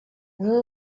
where